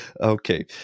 okay